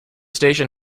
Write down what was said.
station